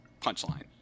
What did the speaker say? punchline